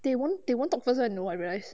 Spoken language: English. they won't they won't talk first [one] you know I realise